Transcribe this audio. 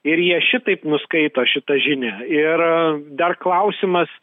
ir jie šitaip nuskaito šitą žinią ir dar klausimas